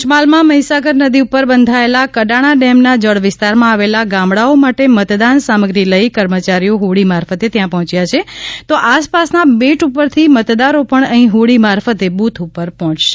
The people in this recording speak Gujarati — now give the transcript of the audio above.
પંચમહાલમાં મહીસાગર નદી ઉપર બંધાયેલા કડાણા ડેમના જળવિસ્તારમાં આવેલા ગામડાઓ માટે મતદાન સામગ્રી લઇ કર્મચારીઓ હોડી મારફતે ત્યાં પહોંચ્યા છે તો આસપાસના બેટ ઉપરથી મતદારો પણ અહીં હોડી મારફતે બુથ ઉપર પહોંચશે